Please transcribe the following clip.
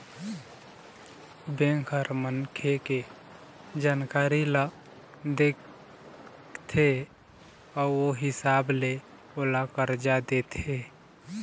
bank ह मनखे के जानकारी ल देखथे अउ ओ हिसाब ले ओला करजा देथे